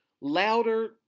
louder